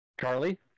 Charlie